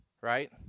right